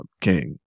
King